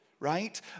right